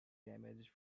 damage